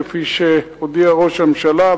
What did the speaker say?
כפי שהודיע ראש הממשלה,